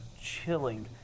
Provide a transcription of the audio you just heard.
chilling